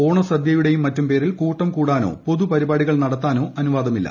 ഓണ്സദ്യയുടേയും മറ്റും പേരിൽ കൂട്ടം കൂടാനോ പൊതുപരിപ്പാടികൾ നടത്താനോ അനുവദിക്കില്ല